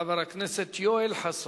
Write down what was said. חבר הכנסת יואל חסון.